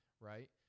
Right